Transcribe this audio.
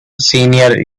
senior